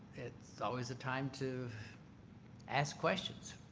it's always a time to ask questions.